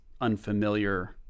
unfamiliar